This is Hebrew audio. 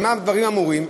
במה הדברים אמורים?